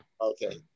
Okay